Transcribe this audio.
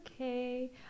okay